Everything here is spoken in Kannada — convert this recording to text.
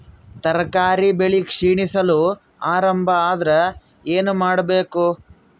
ತರಕಾರಿ ಬೆಳಿ ಕ್ಷೀಣಿಸಲು ಆರಂಭ ಆದ್ರ ಏನ ಮಾಡಬೇಕು?